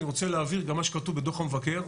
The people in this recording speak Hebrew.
אני רוצה להבהיר גם מה שכתוב בדו"ח המבקר.